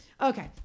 Okay